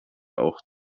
auch